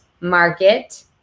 market